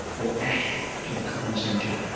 or ash to the cognoscenti.